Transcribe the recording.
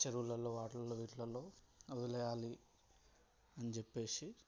చెరువులల్లో వాటిలల్లో వీటిలల్లో అవి వదిలేయాలి అని చెప్పేసి